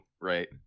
right